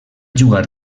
jugar